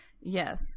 Yes